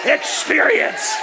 experience